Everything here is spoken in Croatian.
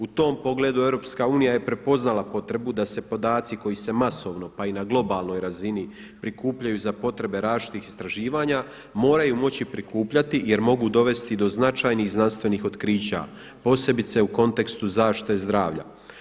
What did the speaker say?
U tom pogledu EU je prepoznala potrebu da se podaci koji se masovno pa i na globalnoj razini prikupljaju za potrebe različitih istraživanja moraju moći prikupljati jer mogu dovesti do značajnih znanstvenih otkrića posebice u kontekstu zaštite zdravlja.